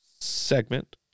segment